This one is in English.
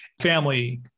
family